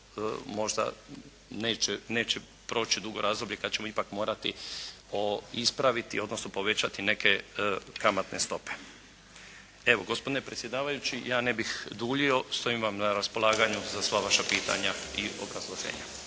možda neće proći dugo razdoblje kada ćemo ipak morati ispraviti, odnosno povećati neke kamatne stope. Evo gospodine predsjedavajući ja ne bih duljio, stojim vam na raspolaganju za sva vaša pitanja i obrazloženja.